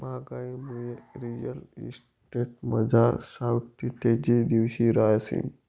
म्हागाईनामुये रिअल इस्टेटमझार सावठी तेजी दिवशी रहायनी